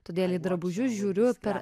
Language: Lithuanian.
todėl į drabužius žiūriu per